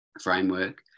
framework